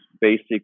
basic